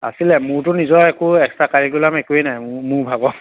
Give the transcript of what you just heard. আছিলে মোৰতো নিজৰ একো এক্সট্ৰা কাৰিকুলাম একোৱেই নাই মোৰ মোৰ ভাগৰ